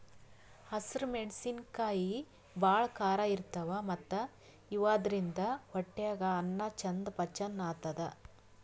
ಹಸ್ರ್ ಮೆಣಸಿನಕಾಯಿ ಭಾಳ್ ಖಾರ ಇರ್ತವ್ ಮತ್ತ್ ಇವಾದ್ರಿನ್ದ ಹೊಟ್ಯಾಗ್ ಅನ್ನಾ ಚಂದ್ ಪಚನ್ ಆತದ್